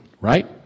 right